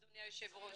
אדוני היושב ראש.